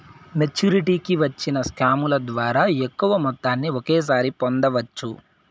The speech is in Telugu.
మెచ్చురిటీకి వచ్చిన స్కాముల ద్వారా ఎక్కువ మొత్తాన్ని ఒకేసారి పొందవచ్చు